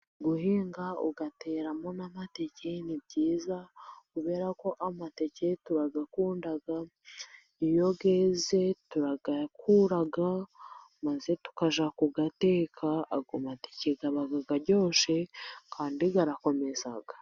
Guhinga, ugateramo n'amateke, ni byiza, kubera ko amateke tuyakunda. Iyo yeze, turayakura, maze tukajya kuyateka. Ayo mateke aba aryoshye kandi arakomeza.